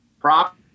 Prop